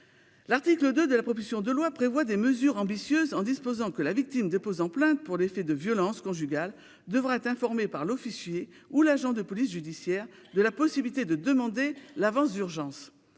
L'article 2 de la proposition de loi prévoit des mesures ambitieuses, en disposant que la victime déposant plainte pour des faits de violences conjugales devra être informée par l'officier ou l'agent de police judiciaire de la possibilité de demander l'avance d'urgence.